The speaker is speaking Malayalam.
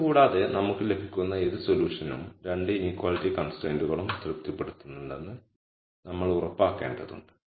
ഇതുകൂടാതെ നമുക്ക് ലഭിക്കുന്ന ഏത് സൊല്യൂഷനും 2 ഇനീക്വാളിറ്റി കൺസ്ട്രൈയ്ന്റുകളും തൃപ്തിപ്പെടുത്തേണ്ടതുണ്ടെന്ന് നമ്മൾ ഉറപ്പാക്കേണ്ടതുണ്ട്